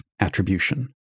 attribution